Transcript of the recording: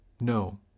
No